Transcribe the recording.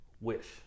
wish